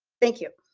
thank you.